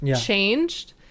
changed